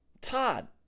Todd